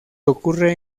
ocurre